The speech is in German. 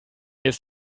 ist